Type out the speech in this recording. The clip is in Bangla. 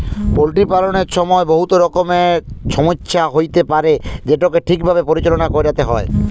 পলটিরি পাললের ছময় বহুত রকমের ছমচ্যা হ্যইতে পারে যেটকে ঠিকভাবে পরিচাললা ক্যইরতে হ্যয়